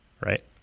right